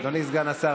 אדוני סגן השר,